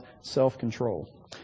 self-control